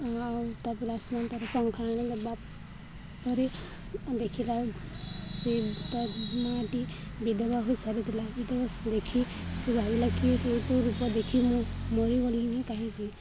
ଆଉ ତାକୁ ଶଙ୍ଖା ଦବା ପରେ ଦେଖିଲା ଯେ ତା ମାଆଟି ବିଧବା ହୋଇସାରିଥିଲା ବିଧବା ଦେଖି ରୂପ ଦେଖି ମୁଁ ମରି ଗଲିନି କାହିଁକି